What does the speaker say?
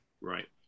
right